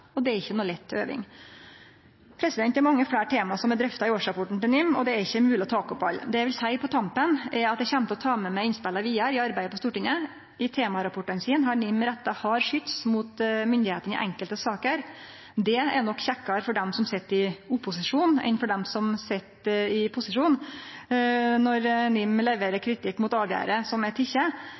og det er ikkje mogleg å ta opp alle. Det eg vil seie på tampen, er at eg kjem til å ta med meg innspela vidare i arbeidet på Stortinget. I temarapportane sine har NIM retta hard skyts mot myndigheitene i enkelte saker. Det er nok kjekkare for dei som sit i opposisjon enn for dei som sit posisjon når NIM leverer kritikk mot avgjerder som er